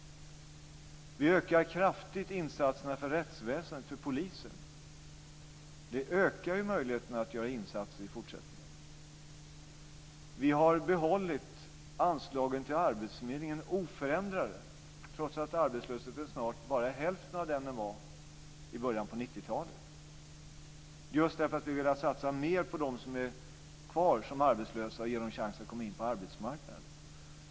Vi ökar insatserna för rättsväsendet, för polisen, kraftigt. Det ökar ju möjligheterna att göra insatser i fortsättningen. Vi har behållit anslagen till arbetsförmedlingarna oförändrade, trots att arbetslösheten snart bara är hälften av vad den var i början av 90-talet. Det har vi gjort just därför att vi vill satsa mer på dem som är kvar som arbetslösa och ge dem chansen att komma in på arbetsmarknaden.